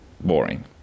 Boring